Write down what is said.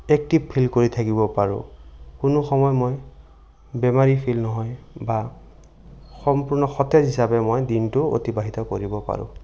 active feel কৰি থাকিব পাৰোঁ কোনো সময় মই বেমাৰী ফিল নহয় বা সম্পূৰ্ণ সতেজ হিচাপে মই দিনটো অতিবাহিত কৰিব পাৰোঁ